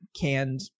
canned